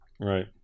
Right